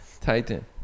titan